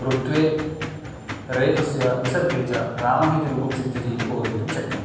रुत्वे रेपस्य विसर्गे च रामः इति रूपं सिद्ध्यति इति बोधयितुं शक्यं